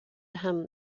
him